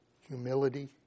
Humility